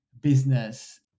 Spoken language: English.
business